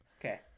Okay